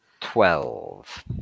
Twelve